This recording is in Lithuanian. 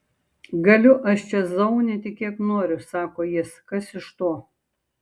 galiu aš čia zaunyti kiek noriu sako jis kas iš to